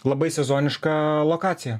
labai sezonišką lokaciją